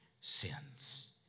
sins